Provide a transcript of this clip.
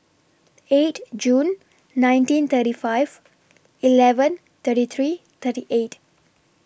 eight June nineteen thirty five eleven thirty three thirty eight